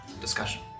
discussion